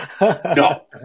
No